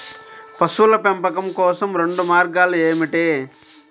పశువుల పెంపకం కోసం రెండు మార్గాలు ఏమిటీ?